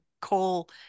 coal